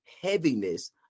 heaviness